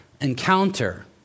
encounter